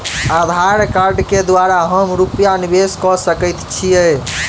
आधार कार्ड केँ द्वारा हम रूपया निवेश कऽ सकैत छीयै?